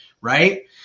right